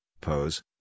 pose